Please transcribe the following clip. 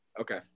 Okay